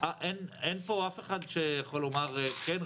אין פה אף אחד שיכול לומר כן,